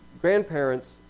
grandparents